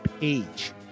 page